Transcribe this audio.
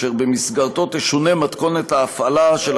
אשר במסגרתו תשונה מתכונת ההפעלה של